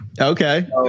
Okay